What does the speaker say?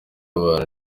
abana